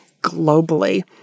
globally